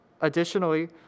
Additionally